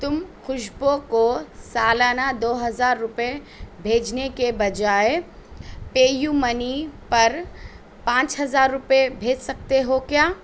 تم خوشبو کو سالانہ دو ہزار روپئے بھیجنے کے بجائے پے یو منی پر پانچ ہزار روپئے بھیج سکتے ہو کیا